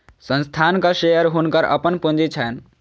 संस्थानक शेयर हुनकर अपन पूंजी छैन